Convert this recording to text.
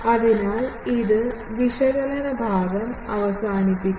അതിനാൽ ഇത് വിശകലന ഭാഗം അവസാനിപ്പിക്കുന്നു